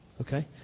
Okay